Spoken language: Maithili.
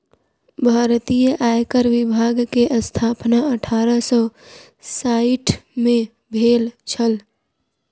भारतीय आयकर विभाग के स्थापना अठारह सौ साइठ में भेल छल